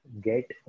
Get